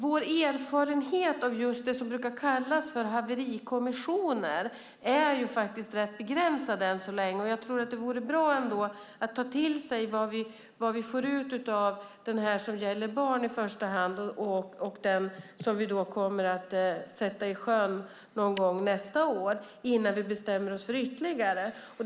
Vår erfarenhet av det som brukar kallas haverikommissioner är rätt begränsad. Det vore bra att ta till sig vad vi får ut av den haverikommission som i första hand gäller barn och som ska sättas i sjön någon gång nästa år innan vi bestämmer oss för ytterligare kommissioner.